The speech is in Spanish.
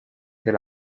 del